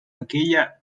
aquella